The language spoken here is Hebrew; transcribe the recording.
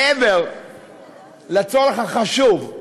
מעבר לצורך החשוב,